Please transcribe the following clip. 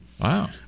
Wow